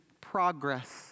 progress